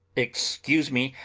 excuse me,